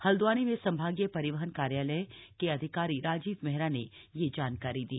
हल्दवानी में संभागीय परिवहन कार्यालय के अधिकारी राजीव मेहरा ने यह जानकारी दी